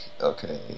okay